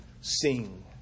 sing